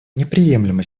неприемлема